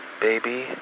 Baby